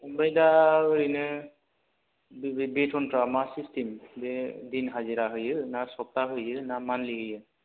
ओमफ्राय दा ओरैनो बेथनफ्रा मा सिस्टेम बे दिन हाजिरा होयो ना सफ्था होयो ना मान्थलि होयो